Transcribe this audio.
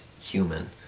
human